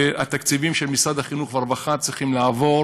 שהתקציבים של משרד החינוך ומשרד הרווחה צריכים לעבור